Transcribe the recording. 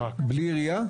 בלי עירייה?